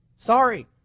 Sorry